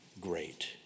Great